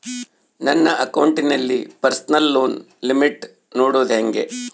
ನನ್ನ ಅಕೌಂಟಿನಲ್ಲಿ personal loan limit ನೋಡದು ಹೆಂಗೆ?